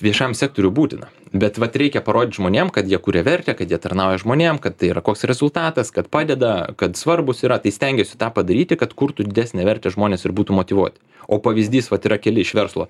viešam sektoriui būtina bet vat reikia parodyt žmonėm kad jie kuria vertę kad jie tarnauja žmonėm kad tai yra koks rezultatas kad padeda kad svarbūs yra tai stengiasi tą padaryti kad kurtų didesnę vertę žmonės ir būtų motyvuoti o pavyzdys vat yra keli iš verslo